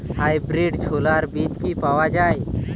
Hybrid ছোলার বীজ কি পাওয়া য়ায়?